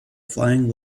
flying